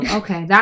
okay